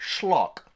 Schlock